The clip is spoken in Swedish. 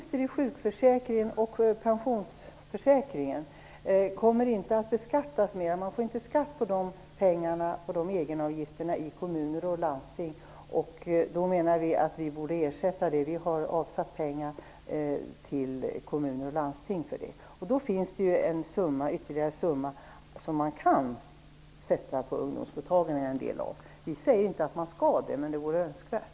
Fru talman! Det är ju så att egenavgifter i sjukförsäkringen och pensionsförsäkringen inte kommer att beskattas mer - man får alltså i kommuner och landsting inte skatt på dessa egenavgifter. Vi menar att man borde ersätta det och har avsatt pengar för det till kommuner och landsting. Då finns det ytterligare en summa som man kan lägga en del av på ungdomsmottagningarna. Vi säger inte att man skall göra det, men det vore önskvärt.